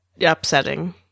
upsetting